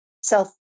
self